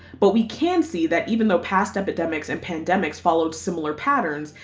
but we can see that even though past epidemics and pandemics followed similar patterns,